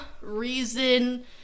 reason